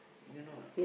you know or not